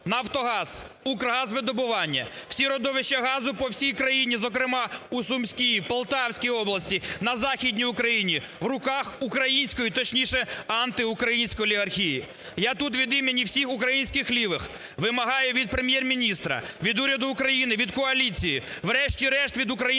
"Нафтогаз", "Укргазвидобування" – всі родовища газу по всій країні, зокрема, у Сумській, Полтавській області, на Західній Україні в руках української, точніше, антиукраїнської олігархії. Я тут від імені всіх українських лівих вимагаю від Прем'єр-міністра, від уряду України, від коаліції, врешті-решт від українського